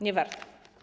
Nie warto.